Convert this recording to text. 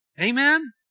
amen